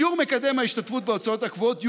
שיעור מקדם ההשתתפות בהוצאות הקבועות יוגבל,